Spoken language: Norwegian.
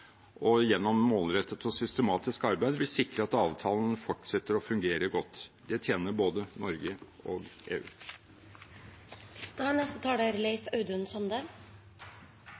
og gjennom målrettet og systematisk arbeid vil sikre at avtalen fortsetter å fungere godt. Det tjener både Norge og EU.